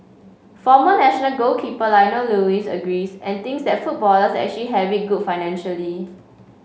former national goalkeeper Lionel Lewis agrees and thinks that footballers actually have it good financially